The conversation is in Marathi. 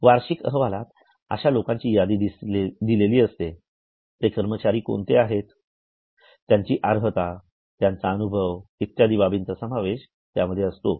वार्षिक अहवालात अश्या लोकांची यादी दिलेली असते ते कर्मचारी कोणते आहेतत्याची अर्हता त्यांचा अनुभव इत्यादी बाबींचा समावेश त्यामध्ये असतो